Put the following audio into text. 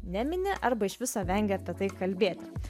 nemini arba iš viso vengia apie tai kalbėti